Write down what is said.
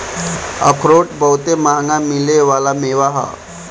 अखरोट बहुते मंहगा मिले वाला मेवा ह